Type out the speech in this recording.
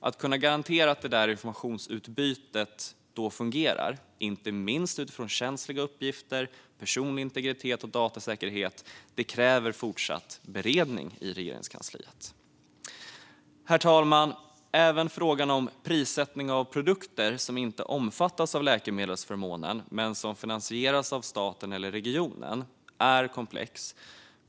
Att kunna garantera att informationsutbytet då fungerar, inte minst med tanke på känsliga uppgifter, personlig integritet och datasäkerhet, kräver fortsatt beredning i Regeringskansliet. Herr talman! Även frågan om prissättning av produkter som inte omfattas av läkemedelsförmånen men finansieras av staten eller regionerna är komplex.